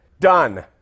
done